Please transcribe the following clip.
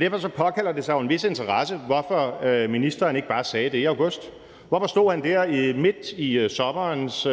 derfor påkalder det sig jo en vis interesse, hvorfor ministeren ikke bare sagde det i august. Hvorfor stod han der midt i sommerens